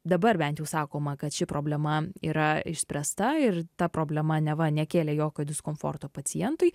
dabar bent jau sakoma kad ši problema yra išspręsta ir ta problema neva nekėlė jokio diskomforto pacientui